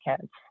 kids